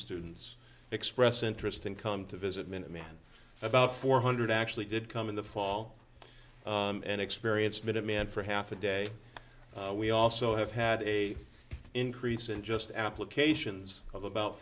students express interest and come to visit minuteman about four hundred actually did come in the fall and experience minuteman for half a day we also have had a increase in just applications of about